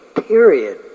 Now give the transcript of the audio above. period